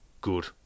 good